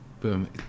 boom